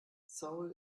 seoul